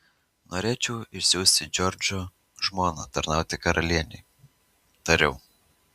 norėčiau išsiųsti džordžo žmoną tarnauti karalienei tariau